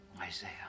Isaiah